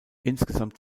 insgesamt